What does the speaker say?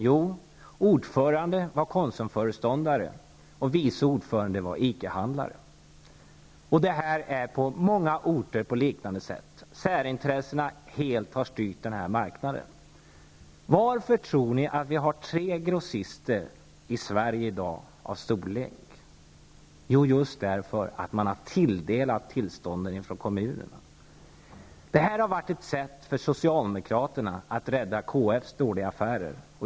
Jo, ordförande var en konsumföreståndare, medan en ICA-handlare var vice ordförande. Det förhåller sig på liknande sätt när det gäller många andra orter. Särintressena har helt styrt marknaden. Varför tror ni att det finns tre grossister av betydande storlek i Sverige i dag? Jo, just för att det är kommunerna som har utfärdat tillstånden. Det här har varit ett sätt för socialdemokraterna att rädda KF:s dåliga affärer.